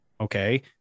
Okay